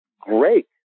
great